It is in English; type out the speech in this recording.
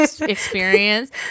experience